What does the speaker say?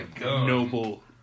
noble